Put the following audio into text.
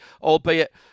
albeit